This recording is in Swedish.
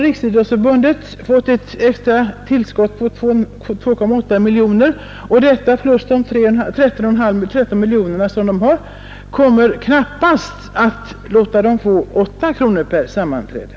Riksidrottsförbundet har fått ett extra tillskott på 2,8 miljoner kronor, men detta plus de 13 miljoner som man har kommer knappast att ge 8 kronor per sammanträde.